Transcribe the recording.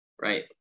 right